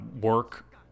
Work